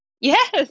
Yes